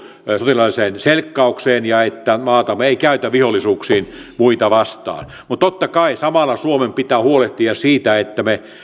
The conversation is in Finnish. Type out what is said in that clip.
sotilaalliseen selkkaukseen ja että maatamme ei käytetä vihollisuuksiin muita vastaan mutta totta kai samalla suomen pitää huolehtia siitä että me